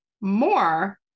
more